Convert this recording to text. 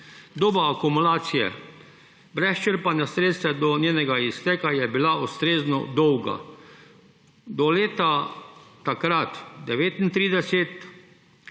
Doba akumulacije brez črpanja sredstev do njenega izteka je bila ustrezno dolga, do leta 2039